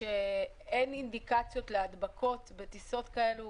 או שלא ניתן לקיימה ביישוב כאמור,